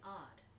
odd